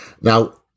Now